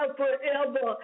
forever